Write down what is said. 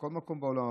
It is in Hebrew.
בכל מקום בעולם,